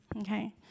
Okay